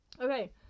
okay